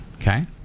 okay